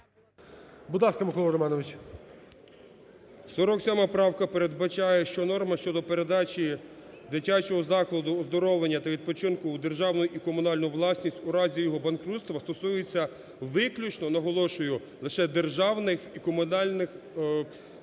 М.Р. 47 правка передбачає, що норма щодо передачі дитячого закладу оздоровлення та відпочинку в державну і комунальну у разі його банкрутства стосується виключно – наголошую – лише державних і комунальних підприємств…